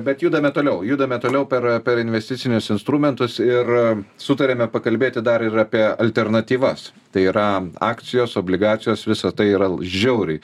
bet judame toliau judame toliau per per investicinius instrumentus ir sutarėme pakalbėti dar ir apie alternatyvas tai yra akcijos obligacijos visa tai yra žiauriai